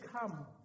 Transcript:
come